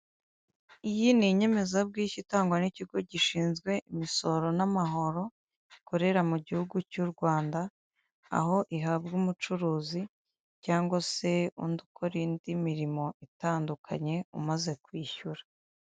Iyi ni inyemezabwishyu itangwa n'ikigo gishinzwe imisoro n'amahoro gikorera mu gihugu cy'u Rwanda, aho ihabwa umucuruzi cyangwa se undi ukora indi mirimo itandukanye umaze kwishyura.